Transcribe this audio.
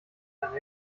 eine